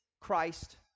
Christ